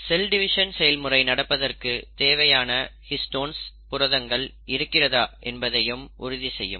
செல் division செயல்முறை நடப்பதற்கு தேவையான ஹிஸ்டோன்ஸ் புரதங்கள் இருக்கிறதா என்பதையும் உறுதி செய்யும்